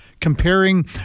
Comparing